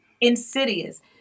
insidious